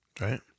Right